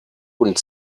und